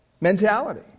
mentality